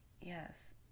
yes